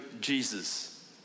Jesus